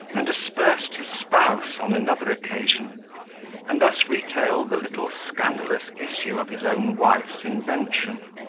and aspersed his spouse on another occasion and thus retail the little scandalous issue of his own wife's invention.